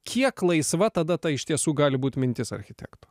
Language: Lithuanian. kiek laisva tada ta iš tiesų gali būt mintis architekto